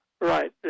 Right